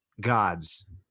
gods